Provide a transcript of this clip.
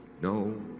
no